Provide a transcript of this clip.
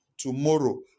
tomorrow